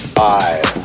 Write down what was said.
five